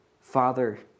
Father